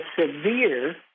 severe